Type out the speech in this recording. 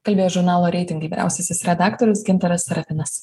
kalbėjo žurnalo reitingai vyriausiasis redaktorius gintaras sarafinas